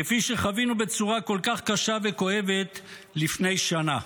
כפי שחווינו בצורה כל כך קשה וכואבת לפני שנה.